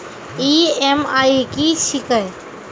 EMI की छिये?